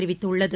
தெரிவித்துள்ளது